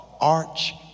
arch